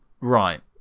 right